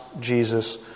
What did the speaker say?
Jesus